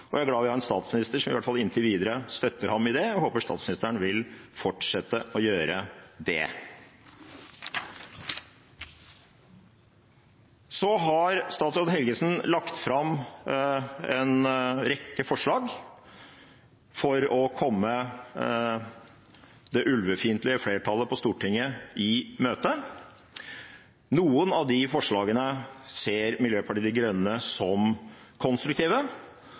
og jeg er glad for at vi har en statsminister som i hvert fall inntil videre støtter ham i det. Jeg håper statsministeren vil fortsette å gjøre det. Statsråd Helgesen har lagt fram en rekke forslag for å komme det ulvefiendtlige flertallet på Stortinget i møte. Noen av de forslagene ser Miljøpartiet De Grønne som konstruktive.